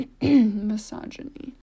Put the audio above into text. Misogyny